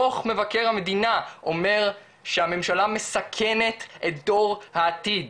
דוח מבקר המדינה אומר שהממשלה מסכנת את דור העתיד.